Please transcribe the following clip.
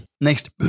Next